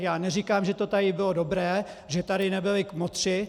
Já neříkám, že to tady bylo dobré, že tady nebyli kmotři.